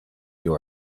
you